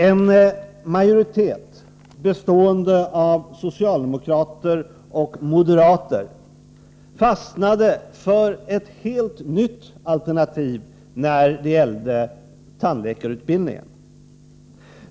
En majoritet, bestående av socialdemokrater och moderater, fastnade för ett helt nytt alternativ när det gällde tandläkarutbildningen.